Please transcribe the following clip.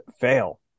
fail